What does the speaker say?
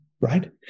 right